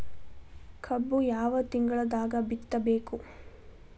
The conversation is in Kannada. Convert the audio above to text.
ಕಬ್ಬು ಯಾವ ತಿಂಗಳದಾಗ ಬಿತ್ತಬೇಕು?